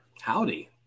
howdy